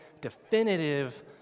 definitive